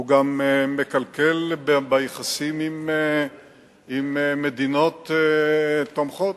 הוא גם מקלקל ביחסים עם מדינות תומכות,